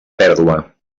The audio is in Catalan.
pèrdua